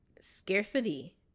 scarcity